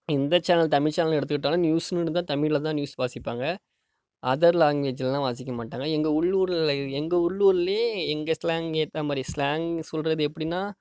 எந்த channel Tamil channel எடுத்துக்கிட்டாலும் நியூஸ்ன்னு எடுத்தால் தமிழில் தான் நியூஸ் வாசிப்பாங்க அதர் லாங்குவேஜ்லெலாம் வாசிக்க மாட்டாங்க எங்கள் உள்ளூரில் எங்கள் உள்ளூரிலேயே எங்கள் ஸ்லாங் ஏற்ற மாதிரி ஸ்லாங் சொல்வது எப்படின்னா